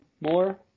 more